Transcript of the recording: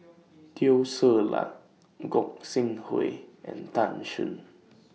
Teo Ser Luck Gog Sing Hooi and Tan Shen